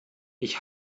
ich